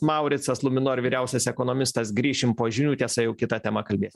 mauricas luminor vyriausias ekonomistas grįšim po žinių tiesa jau kita tema kalbėt